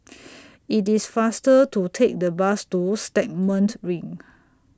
IT IS faster to Take The Bus to Stagmont Ring